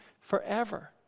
forever